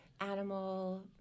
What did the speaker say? animal